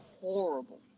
horrible